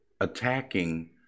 attacking